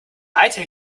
eiter